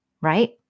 right